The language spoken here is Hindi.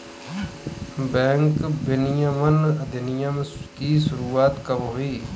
बैंक विनियमन अधिनियम की शुरुआत कब हुई?